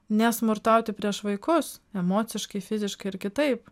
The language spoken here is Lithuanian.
nesmurtauti prieš vaikus emociškai fiziškai ir kitaip